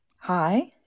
Hi